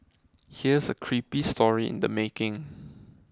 here's a creepy story in the making